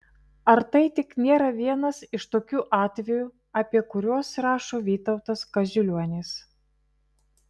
ar tai tik nėra vienas iš tokių atvejų apie kuriuos rašo vytautas kaziulionis